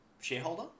shareholder